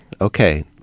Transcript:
okay